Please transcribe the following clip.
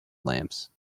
lamps